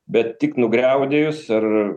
bet tik nugriaudėjus ar